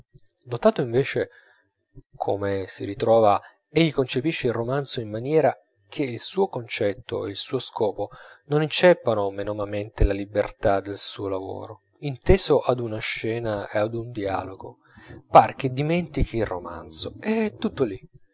dotato invece come si ritrova egli concepisce il romanzo in maniera che il suo concetto e il suo scopo non inceppano menomamente la libertà del suo lavoro inteso ad una scena e ad un dialogo par che dimentichi il romanzo è tutto lì